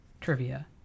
Trivia